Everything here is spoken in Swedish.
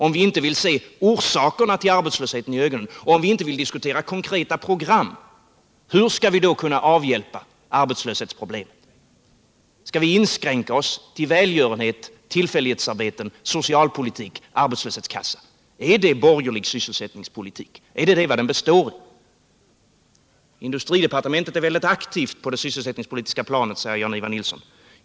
Om vi inte vill se orsakerna till arbetslösheten som de är och om vi inte vill diskutera konkreta program, hur skall vi då kunna avhjälpa arbetslöshetsproblemen? Skall vi inskränka oss till välgörenhet, tillfällighetsarbeten, socialpolitik, arbetslöshetskassor? Är det borgerlig sysselsättningspolitik? Är det vad den består i? Industridepartementet är väldigt aktivt på det sysselsättningspolitiska planet, säger Jan-Ivan Nilsson.